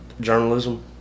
journalism